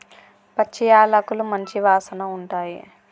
పచ్చి యాలకులు మంచి వాసన ఉంటాయి